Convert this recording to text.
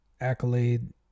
accolade